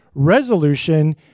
Resolution